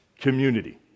community